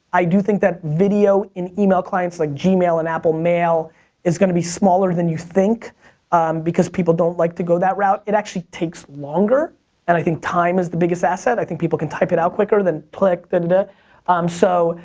i do think that video and email clients like gmail and apple mail is gonna be smaller than you think because people don't like to go that route. it actually takes longer and i think time is the biggest asset. i think people can type it quicker than click, dah-dah-dah and um so